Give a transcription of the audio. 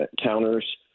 counters